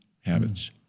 habits